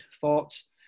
thoughts